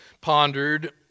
pondered